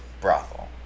brothel